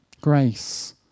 grace